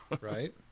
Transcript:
right